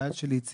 חייל של איציק,